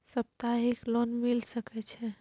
सप्ताहिक लोन मिल सके छै?